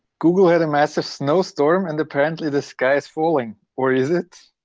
google had a massive snowstorm. and apparently the sky is falling, or is it?